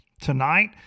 tonight